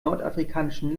nordafrikanischen